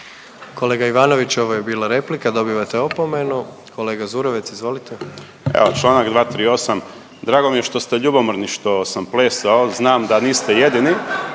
Kolega Ivanović ovo je bila replika dobivate opomenu. Kolega Zurovec izvolite. **Zurovec, Dario (Fokus)** Evo čl. 238., drago mi je što ste ljubomorni što sam plesao, znam da niste jedini,